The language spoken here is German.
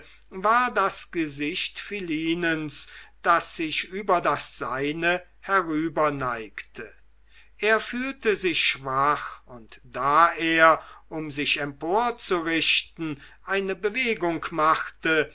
war das gesicht philinens das sich über das seine herüberneigte er fühlte sich schwach und da er um sich emporzurichten eine bewegung machte